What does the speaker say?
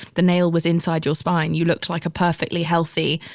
the nail was inside your spine. you looked like a perfectly healthy,